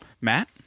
Matt